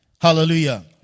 Hallelujah